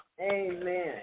Amen